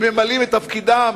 הם ממלאים את תפקידם,